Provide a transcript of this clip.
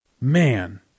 Man